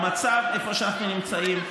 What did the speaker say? במצב שבו אנחנו נמצאים,